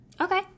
Okay